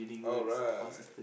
alright